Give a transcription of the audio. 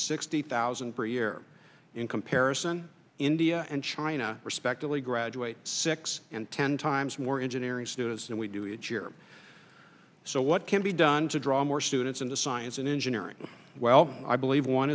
sixty thousand per year in comparison india and china respectively graduate six and ten times more engineering students than we do each year so what can be done to draw more students into science and engineering well i believe one